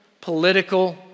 political